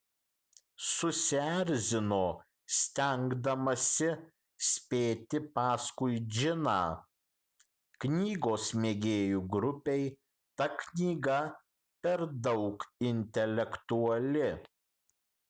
susierzino stengdamasi spėti paskui džiną knygos mėgėjų grupei ta knyga per daug intelektuali